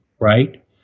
right